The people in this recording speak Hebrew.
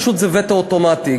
פשוט זה וטו אוטומטי,